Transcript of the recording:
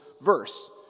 verse